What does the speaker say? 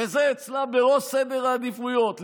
וזה אצלה בראש סדר העדיפויות,